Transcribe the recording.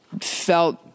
felt